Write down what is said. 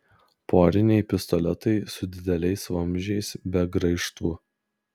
poriniai pistoletai su dideliais vamzdžiais be graižtvų